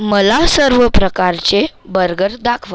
मला सर्व प्रकारचे बर्गर दाखवा